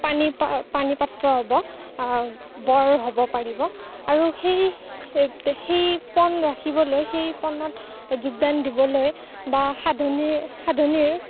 পাণি পা পাণি পাত্ৰ হ'ব বৰ হ'ব পাৰিব আৰু সেই সেই পণ ৰাখিবলৈ সেই পণত যোগদান দিবলৈ বা সাধনীৰ সাধনীৰ